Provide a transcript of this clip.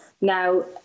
now